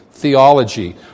theology